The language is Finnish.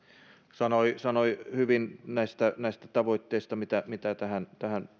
sanoi sanoi hyvin näistä tavoitteista mitä mitä tähän tähän